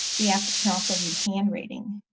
the app can also read hand writing.